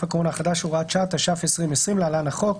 הקורונה החדש (הוראת שעה) התש"ף-2020 (להלן החוק),